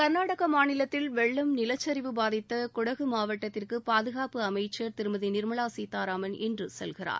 கர்நாடகா மாநிலத்தில் வெள்ளம் நிலச்சரிவு பாதித்த கொடகு மாவட்டத்திற்கு பாதுகாப்பு அமைச்சர் திருமதி நிர்மலா சீதாராமன் இன்று செல்கிறார்